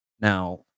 Now